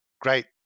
great